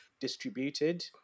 distributed